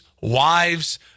wives